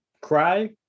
Cry